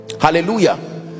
hallelujah